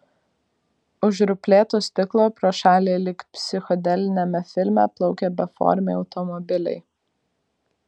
už ruplėto stiklo pro šalį lyg psichodeliniame filme plaukė beformiai automobiliai